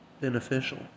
beneficial